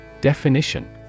Definition